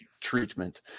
treatment